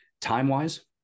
time-wise